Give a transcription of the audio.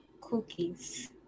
Cookies